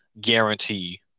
Guarantee